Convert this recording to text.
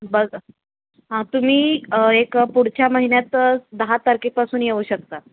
बघा हां तुम्ही एक पुढच्या महिन्यात दहा तारखेपासून येऊ शकता